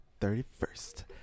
31st